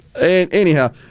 Anyhow